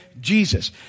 Jesus